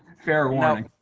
fair warning.